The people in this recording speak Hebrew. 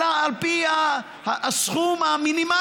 אלא על פי הסכום המינימלי.